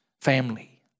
family